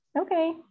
Okay